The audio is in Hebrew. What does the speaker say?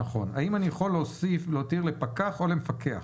האם אני יכול להוסיף להותיר לפקח או למפקח?